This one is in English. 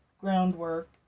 groundwork